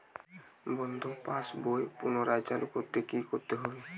বন্ধ পাশ বই পুনরায় চালু করতে কি করতে হবে?